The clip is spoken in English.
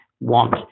want